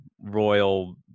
Royal